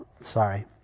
sorry